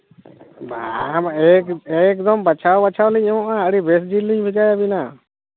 ᱵᱟᱝ ᱵᱟᱝ ᱮᱠᱫᱚᱢ ᱵᱟᱪᱷᱟᱣ ᱵᱟᱪᱷᱟᱣ ᱞᱤᱧ ᱮᱢᱚᱜᱼᱟ ᱟᱹᱰᱤ ᱵᱮᱥ ᱡᱤᱞ ᱞᱤᱧ ᱵᱷᱮᱡᱟ ᱟᱹᱵᱤᱱᱟ